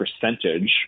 percentage